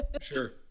Sure